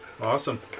Awesome